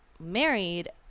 Married